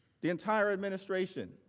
the entire administration,